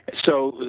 so,